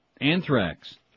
Anthrax